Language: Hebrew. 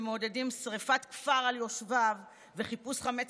שמעודדים שרפת כפר על יושביו וחיפוש חמץ